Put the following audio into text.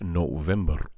november